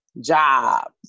Job